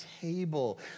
table